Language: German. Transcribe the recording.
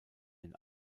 den